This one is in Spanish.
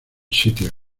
sitio